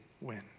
win